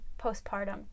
postpartum